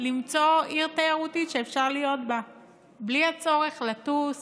למצוא עיר תיירותית שאפשר להיות בה בלי צורך לטוס